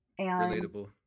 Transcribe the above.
Relatable